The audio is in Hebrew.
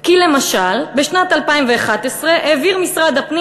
כי למשל בשנת 2011 העביר משרד הפנים